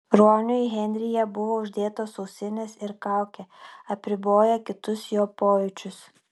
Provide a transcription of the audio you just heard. ruoniui henryje buvo uždėtos ausinės ir kaukė apriboję kitus jo pojūčius